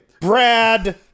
Brad